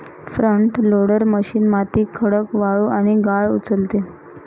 front loader machine माती, खडक, वाळू आणि गाळ उचलते